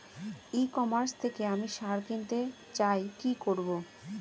ই commerce থেকে আমি সার কিনতে চাই কি করব?